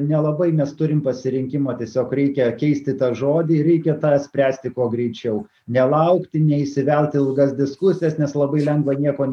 nelabai nes turim pasirinkimą tiesiog reikia keisti tą žodį ir reikia tą spręsti kuo greičiau nelaukti neįsivelt į ilgas diskusijas nes labai lengva nieko